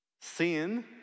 Sin